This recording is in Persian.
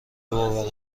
باور